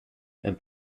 and